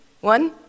One